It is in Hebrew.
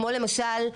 כמו למשל,